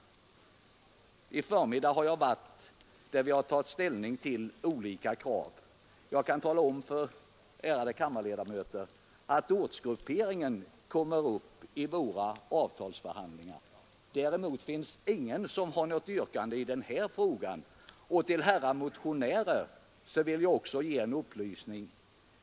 I förmiddags har jag varit på en sådan, där vi har tagit ställning till olika krav. Jag kan tala om för er, ärade kammarledamöter, att ortsgrupperingen kommer upp i våra avtalsförhandlingar. Däremot finns det ingen som har något yrkande i den här frågan. Till herrar motionärer vill jag också ge en upplysning.